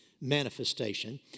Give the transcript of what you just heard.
manifestation